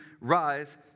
rise